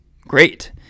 great